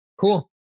Cool